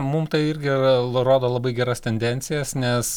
mum tai irgi yra l rodo labai geras tendencijas nes